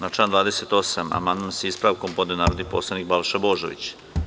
Na član 28. amandmane sa ispravkama podneo je narodni poslanik Balša Božović.